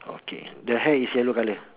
okay the hair is yellow colour